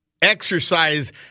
exercise